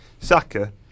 Saka